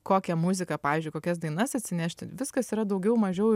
kokią muziką pavyzdžiui kokias dainas atsinešti viskas yra daugiau mažiau